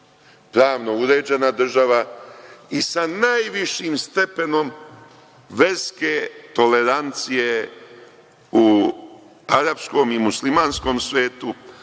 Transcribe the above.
pravno uređena država i sa najvišim stepenom verske tolerancije u Arapskom i muslimanskom svetu,